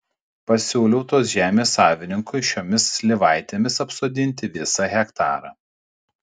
pasiūliau tos žemės savininkui šiomis slyvaitėmis apsodinti visą hektarą